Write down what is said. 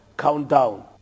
Countdown